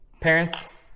parents